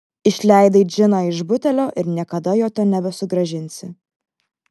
išleidai džiną iš butelio ir niekada jo ten nebesugrąžinsi